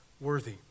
worthy